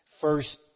first